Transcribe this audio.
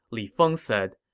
li feng said,